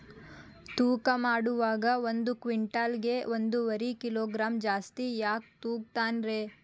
ತೂಕಮಾಡುವಾಗ ಒಂದು ಕ್ವಿಂಟಾಲ್ ಗೆ ಒಂದುವರಿ ಕಿಲೋಗ್ರಾಂ ಜಾಸ್ತಿ ಯಾಕ ತೂಗ್ತಾನ ರೇ?